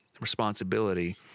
responsibility